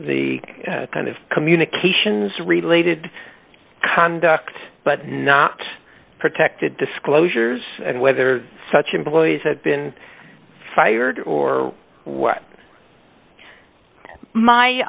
the kind of communications related conduct but not protected disclosures and whether such employees had been fired or w